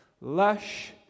lush